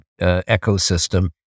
ecosystem